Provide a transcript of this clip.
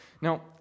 Now